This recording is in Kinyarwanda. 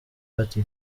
party